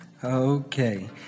Okay